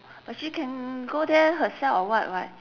but she can go there herself or what [what]